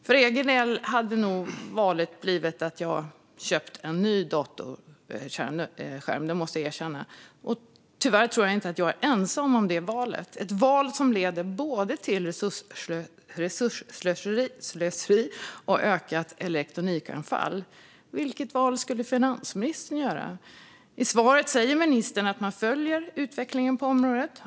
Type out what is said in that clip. För egen del hade jag nog valt att köpa en ny datorskärm, och jag tror att jag tyvärr inte är ensam om detta val - ett val som leder till såväl resursslöseri som ökat elektronikavfall. Vilket val skulle finansministern göra? I svaret säger ministern att man följer utvecklingen på området.